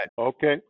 Okay